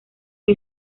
que